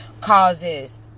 causes